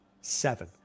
Seven